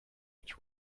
each